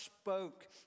spoke